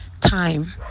time